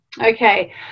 okay